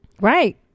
Right